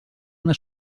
una